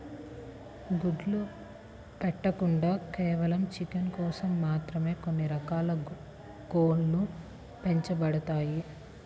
గుడ్లు పెట్టకుండా కేవలం చికెన్ కోసం మాత్రమే కొన్ని రకాల కోడ్లు పెంచబడతాయి